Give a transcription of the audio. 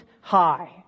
high